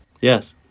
Yes